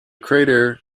crater